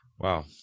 Wow